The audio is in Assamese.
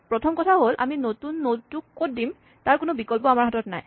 প্ৰথম কথা হ'ল আমি নতুন নড টো ক'ত দিম তাৰ কোনো বিকল্প আমাৰ হাতত নাই